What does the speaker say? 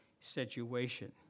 situation